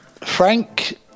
Frank